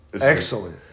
Excellent